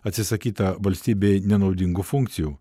atsisakyta valstybei nenaudingų funkcijų